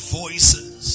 voices